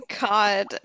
god